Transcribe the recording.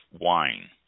wine